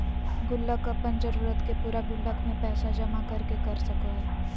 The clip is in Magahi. गुल्लक अपन जरूरत के पूरा गुल्लक में पैसा जमा कर के कर सको हइ